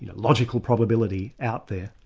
logical probability out there.